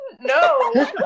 No